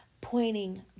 Pointing